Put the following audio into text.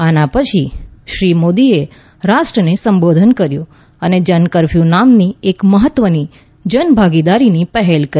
આના પછી શ્રી મોદીએ રાષ્ટ્રને સંબોધન કર્યું અને જનકરફ્યું નામની એક મહત્વની જન ભાગીદારીની પહેલ કરી